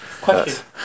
Question